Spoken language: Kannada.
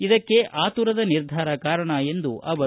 ಇದಕ್ಕೆ ಆತುರದ ನಿರ್ಧಾರ ಕಾರಣ ಎಂದರು